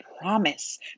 promise